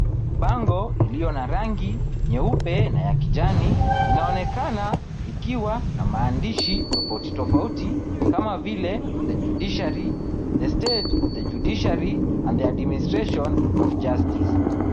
Bango iliyo na rangi nyeupe na ya kijani inaonekana ikiwa na maandishi tofauti tofauti kama vile The Judiciary, The State of the Judiciary and Administration of Justice.